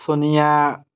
Sonia